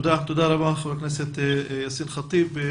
תודה רבה, חברת הכנסת יאסין ח'טיב.